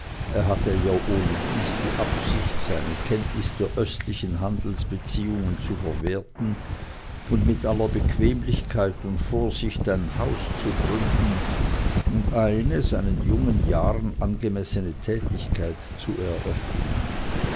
er hatte ja ohnedies die absicht seine kenntnis der östlichen handelsbeziehungen zu verwerten und mit aller bequemlichkeit und vorsicht ein haus zu gründen und eine seinen noch jungen jahren angemessene tätigkeit zu eröffnen